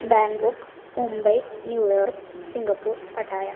Bangkok Mumbai New York Singapore Pattaya